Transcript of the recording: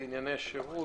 לענייני השירות,